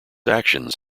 actions